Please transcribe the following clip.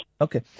Okay